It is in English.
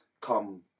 come